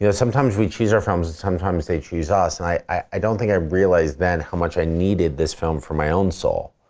you know sometimes we choose our films and sometimes they choose us, and i i don't think i realised then how much i needed this film for my own soul.